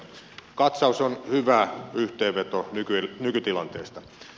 katsaus on hyvä yhteenveto nykytilanteesta